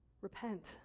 repent